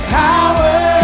power